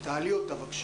חבר הכנסת מלכיאלי, בבקשה.